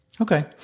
Okay